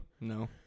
No